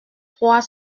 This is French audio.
trois